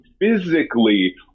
physically